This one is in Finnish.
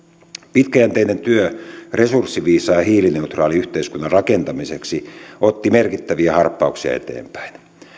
pitkäjänteinen työ resurssiviisaan ja hiilineutraalin yhteiskunnan rakentamiseksi otti merkittäviä harppauksia eteenpäin